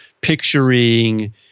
picturing